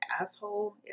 asshole